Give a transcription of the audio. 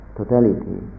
totality